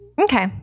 Okay